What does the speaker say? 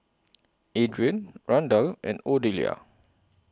Adrien Randall and Odelia